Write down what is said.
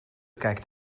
kijkt